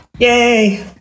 Yay